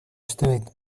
иштебейт